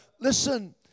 listen